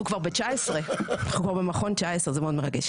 אנחנו כבר במכון 19, זה מאוד מרגש.